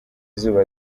izuba